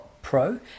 pro